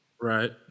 Right